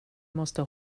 måste